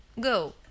Go